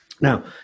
Now